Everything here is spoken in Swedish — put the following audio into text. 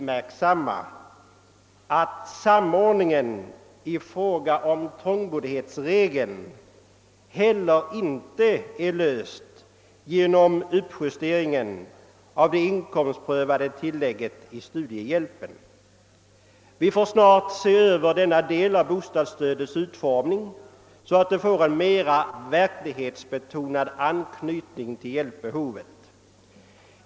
märksamma att samordningen i fråga om trångboddhetsregeln heller inte är löst genom justeringen av det inkomstprövade tillägget i studiehjälpen. Vi får också se över denna del av bostadsstödets utformning, så att det får en mera verklighetsbetonad =: anknytning = till hjälpbehovet.